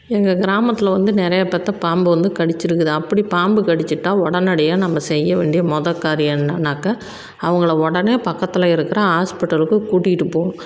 எங்கள் கிராமத்தில் வந்து நிறைய பேர்த்தை பாம்பு வந்து கடிச்சிருக்குது அப்படி பாம்பு கடிச்சிவிட்டா ஒடனடியாக நம்ம செய்ய வேண்டிய முத காரியம் என்னன்னாக்கா அவங்களை உடனே பக்கத்தில் இருக்கிற ஹாஸ்பிட்டலுக்கு கூட்டிகிட்டு போகணும்